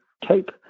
Cape